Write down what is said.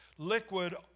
Liquid